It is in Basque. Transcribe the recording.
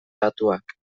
datuak